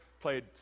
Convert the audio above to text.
played